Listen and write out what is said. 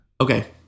Okay